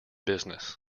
business